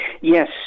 Yes